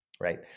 right